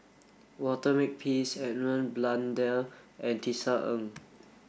Walter Makepeace Edmund Blundell and Tisa Ng